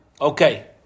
okay